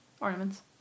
Ornaments